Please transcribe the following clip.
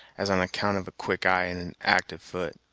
as on account of a quick eye, and an actyve foot.